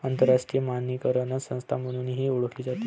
आंतरराष्ट्रीय मानकीकरण संस्था म्हणूनही ओळखली जाते